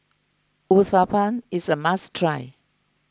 Uthapam is a must try